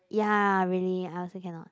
ya really I also cannot